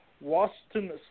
Washington